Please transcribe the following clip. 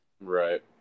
Right